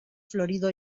florido